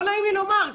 לא נעים לי לומר,